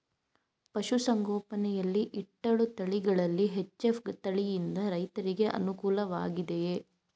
ಪಶು ಸಂಗೋಪನೆ ಯಲ್ಲಿ ಇಟ್ಟಳು ತಳಿಗಳಲ್ಲಿ ಎಚ್.ಎಫ್ ತಳಿ ಯಿಂದ ರೈತರಿಗೆ ಅನುಕೂಲ ವಾಗಿದೆಯೇ?